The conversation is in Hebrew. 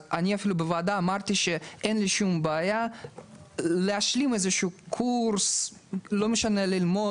אז אני אמרתי בוועדה שאין לי שום בעיה להשלים קורס מסוים או ללמוד.